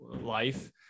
life